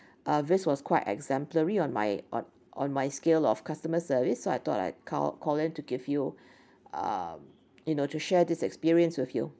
uh this was quite exemplary on my on on my scale of customer service so I thought I'd call call in to give you um you know to share this experience with you